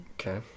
okay